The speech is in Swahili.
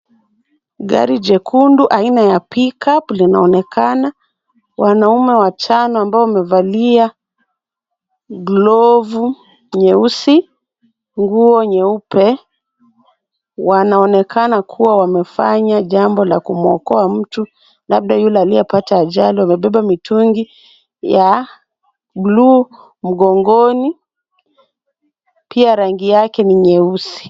Gari jekundu aina ya Pick-up linaonekana, wanaume watano ambao wamevalia glovu nyeusi ,nguo nyeupe wanaonekana kua wamefanya jambo la kumwokoa mtu, labda yule aliyepata ajali ,wamebeba mitungi ya bluu mgongoni pia rangi yake ni nyeusi .